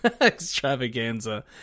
Extravaganza